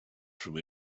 from